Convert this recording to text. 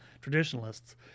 traditionalists